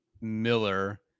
miller